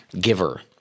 giver